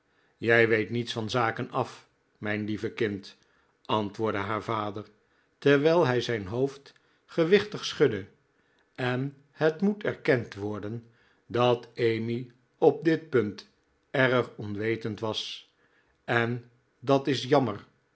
jij weet niets van zaken af mijn lieve kind antwoordde haar vader terwijl hij zijn hoofd gewichtig schudde en het moet erkend worden dat emmy op dit punt erg onwetend was en dat is jammer